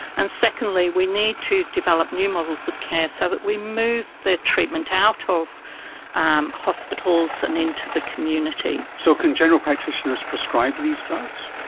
and secondly we need to develop new models of care so that we move the treatment out ah of um hospitals and into the community. so can general practitioners prescribe these drugs?